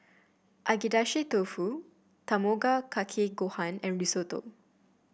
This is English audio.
Agedashi Dofu Tamago Kake Gohan and Risotto